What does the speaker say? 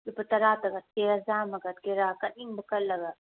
ꯂꯨꯄꯥ ꯇꯔꯥꯗ ꯀꯠꯀꯦ ꯆꯥꯝꯃ ꯀꯠꯀꯦꯔꯥ ꯀꯠꯅꯤꯡꯕ ꯀꯠꯂꯒ